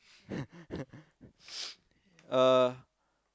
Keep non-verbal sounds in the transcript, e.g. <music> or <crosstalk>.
<laughs> <noise> uh